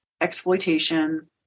exploitation